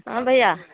हँ भैया